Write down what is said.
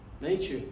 nature